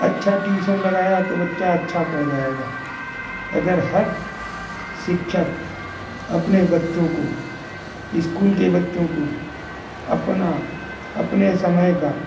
अच्छा ट्यूसन लगाया तो बच्चा अच्छा पढ़ जाएगा अगर हर शिक्षक अपने बच्चों को ईस्कूल के बच्चों को अपना अपने समय का